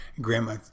Grandma